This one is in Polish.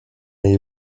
jej